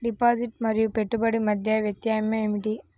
Deposit మరియు పెట్టుబడి మధ్య వ్యత్యాసం ఏమిటీ?